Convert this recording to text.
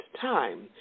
time